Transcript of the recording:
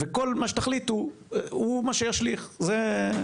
וכל מה שתחליטו, הוא מה שישליך הלאה,